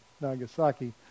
Nagasaki